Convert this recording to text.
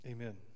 Amen